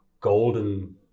golden